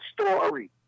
story